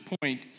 point